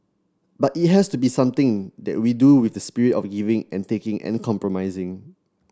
but it has to be something that we do with the spirit of giving and taking and compromising